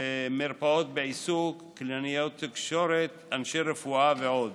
מרפאות בעיסוק, קלינאיות תקשורת ואנשי רפואה, ג.